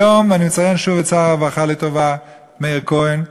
היום אני מציין שוב את שר הרווחה מאיר כהן לטובה.